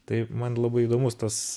tai man labai įdomus tas